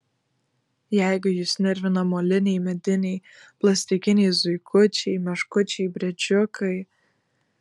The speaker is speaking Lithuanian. jeigu jus nervina moliniai mediniai plastikiniai zuikučiai meškučiai briedžiukai